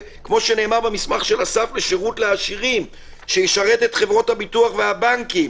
כפי שנאמר במסמך "שירות לעשירים" - שישרת את חברות הביטוח והבנקים.